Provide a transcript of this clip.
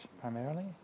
primarily